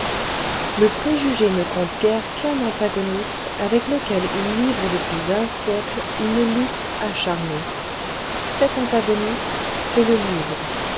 le préjugé ne compte guère qu'un antagoniste avec lequel il livre depuis un siècle une lutte acharnée cet antagoniste c'est le livre